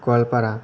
Goalpara